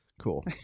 Cool